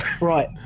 Right